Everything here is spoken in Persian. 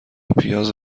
پیاز